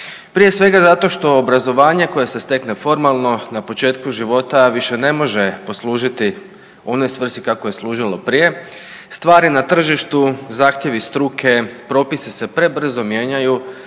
Prije svega zato što obrazovanje koje se stekne formalno na početku života više ne može poslužiti onoj svrsi kako je služilo prije. Stvari na tržištu, zahtjevi struke propisi se prebrzo mijenjaju